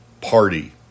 party